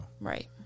Right